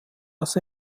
als